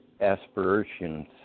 aspirations